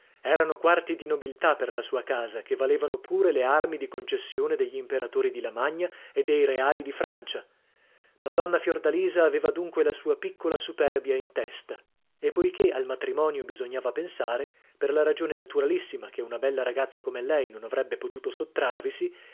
erano quarti di nobiltà per la sua casa che valevano pure le armi di concessione degli imperatori di lamagna e dei reali di francia madonna fiordalisa aveva dunque la sua piccola superbia in testa e poichè al matrimonio bisognava pensare per la ragione naturalissima che una bella ragazza come lei non avrebbe potuto